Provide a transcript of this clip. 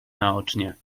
naocznie